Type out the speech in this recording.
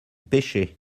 pêchais